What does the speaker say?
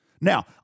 Now